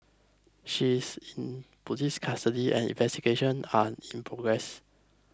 she's in police custody and investigations are in progress